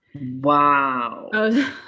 Wow